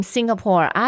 Singapore